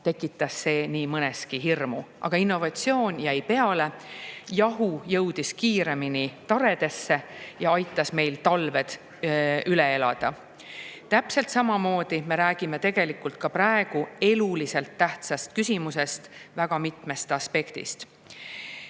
tekitas see nii mõneski hirmu. Aga innovatsioon jäi peale, jahu jõudis kiiremini taredesse ja aitas inimestel talved üle elada. Täpselt samamoodi me räägime ka praegu eluliselt tähtsast küsimusest väga mitmest aspektist.